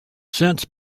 since